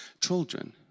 children